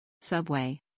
Subway